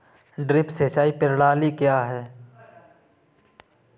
Drip सिंचाई प्रणाली क्या है?